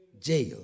jail